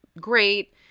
great